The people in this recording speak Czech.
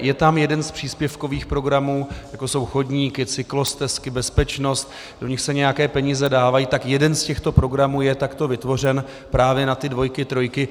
Je tam jeden z příspěvkových programů, jako jsou chodníky, cyklostezky, bezpečnost, do nich se nějaké peníze dávají, tak jeden z těchto programů je takto vytvořen právě na ty dvojky, trojky.